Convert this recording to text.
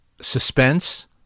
suspense